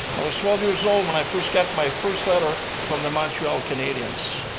i was twelve years old when i first got my first letter from the montreal canadiens.